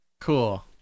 Cool